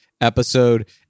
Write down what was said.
episode